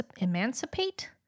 emancipate